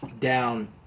down